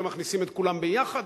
ומכניסים את כולם ביחד,